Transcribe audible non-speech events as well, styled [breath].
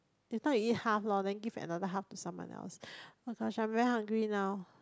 later you eat half lor then give another half to someone else [breath] oh-my-gosh I very hungry now